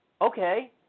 Okay